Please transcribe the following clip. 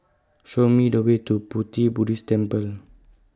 Show Me The Way to Pu Ti Buddhist Temple